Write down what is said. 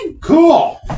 cool